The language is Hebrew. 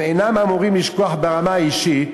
הם אינם אמורים לשכוח ברמה האישית,